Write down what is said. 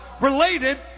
related